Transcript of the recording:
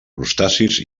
crustacis